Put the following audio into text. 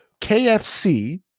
KFC